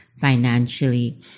financially